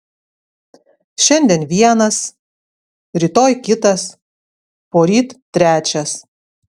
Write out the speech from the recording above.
šiandien vienas rytoj kitas poryt trečias